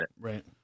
Right